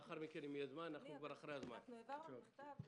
לאחר מכן אם יהיה זמן נשמע עוד דוברים.